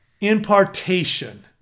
impartation